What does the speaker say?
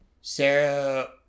Sarah